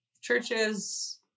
churches